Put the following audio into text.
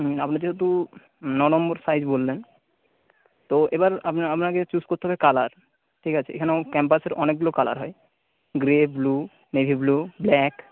হুম আপনি যেহেতু নয় নম্বর সাইজ বললেন তো এবার আপনাকে চুজ করতে হবে কালার ঠিক আছে এখানেও ক্যাম্পাসের অনেকগুলো কালার হয় grey blue navy blue black